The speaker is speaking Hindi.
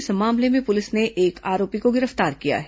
इस मामले में पुलिस ने एक आरोपी को गिरफ्तार किया है